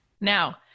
Now